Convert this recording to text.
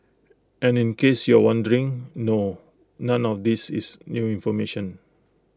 and in case you're wondering no none of these is new information